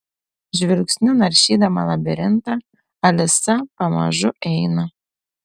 žvilgsniu naršydama labirintą alisa pamažu eina